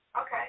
Okay